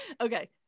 Okay